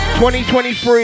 2023